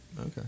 Okay